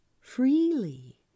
freely